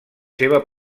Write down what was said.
seva